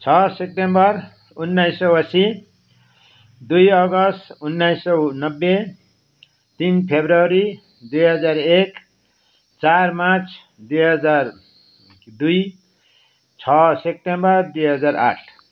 छ सेप्टेम्बर उन्नाइस सय अस्सी दुई अगस्त उन्नाइस सय नब्बे तिन फरवरी दुई हजार एक चार मार्च दुई हजार दुई छ सेप्टेम्बर दुई हजार आठ